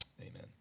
amen